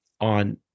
on